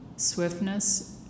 Swiftness